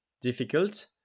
difficult